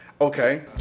Okay